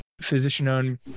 physician-owned